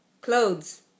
clothes